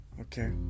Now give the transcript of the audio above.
Okay